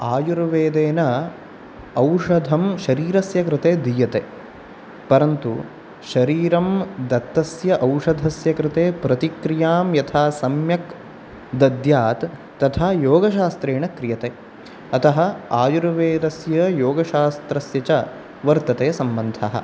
आयुर्वेदेन औषधं शरीरस्य कृते दीयते परन्तु शरीरं दत्तस्य औषधस्य कृते प्रतिक्रियां यथासम्यक् दद्यात् तथा योगशास्त्रेण क्रियते अतः आयुर्वेदस्य योगशास्त्रस्य च वर्तते सम्बन्धः